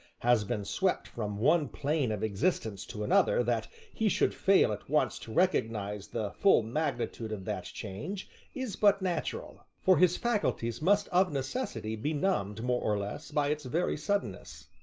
has been swept from one plane of existence to another, that he should fail at once to recognize the full magnitude of that change is but natural, for his faculties must of necessity be numbed more or less by its very suddenness.